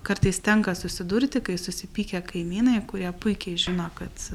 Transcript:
kartais tenka susidurti kai susipykę kaimynai kurie puikiai žino kad